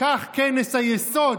כך כנס היסוד